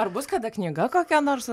ar bus kada knyga kokia nors